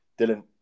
dylan